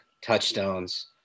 Touchstones